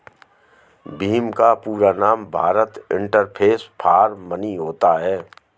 भीम का पूरा नाम भारत इंटरफेस फॉर मनी होता है